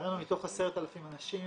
לצערנו מתוך 10,000 אנשים